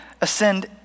ascend